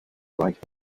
right